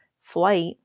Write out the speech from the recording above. flight